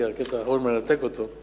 כי הקטע האחרון מנתק אותו.